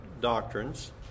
doctrines